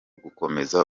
gukomeza